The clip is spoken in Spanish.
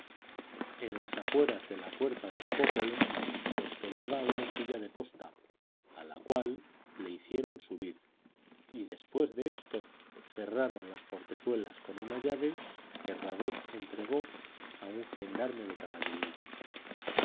en las afueras de la puerta del popolo lo esperaba una silla de posta a la cual le hicieron subir y después de esto cerraron las portezuelas con una llave que radet entregó a un gendarme de caballería